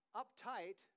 uptight